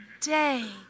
day